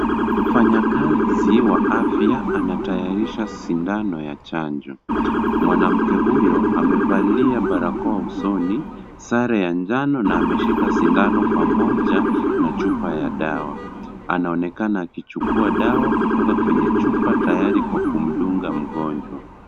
Mfanyakazi wa afya, anatayarisha sindano ya chanjo. Mwanamke huyo, amevalia barakoa usoni, sare ya njano na ameshika sindano pamoja na chupa ya dawa. Anaonekana akichukua dawa, kutoka kwenye chupa, tayari kwa kumdunga mgonjwa.